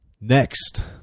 Next